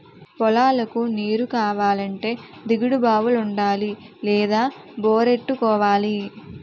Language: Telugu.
పొలాలకు నీరుకావాలంటే దిగుడు బావులుండాలి లేదా బోరెట్టుకోవాలి